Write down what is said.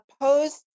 opposed